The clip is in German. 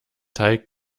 teig